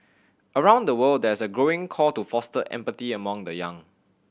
around the world there is a growing call to foster empathy among the young